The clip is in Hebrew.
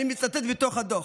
אני מצטט מתוך הדוח: